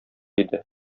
иде